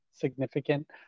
significant